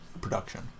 production